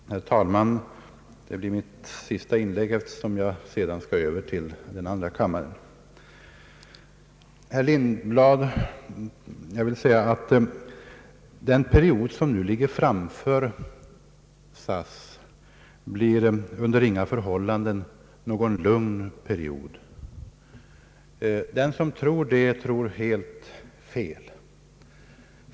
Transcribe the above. Herr talman! Detta blir mitt sista inlägg, eftersom jag skall gå över till andra kammaren. Till herr Lindblad vill jag säga att den period som nu ligger framför SAS under inga förhållanden blir någon lugn period. Den som tror det tror helt fel.